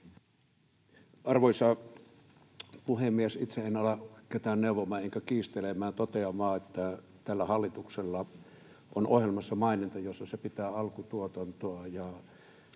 Arvoisa puhemies! Itse en ala ketään neuvomaan enkä kiistelemään, vaan totean vain, että tällä hallituksella on ohjelmassaan maininta, jossa se pitää alkutuotantoa